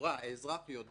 לכאורה האזרח יודע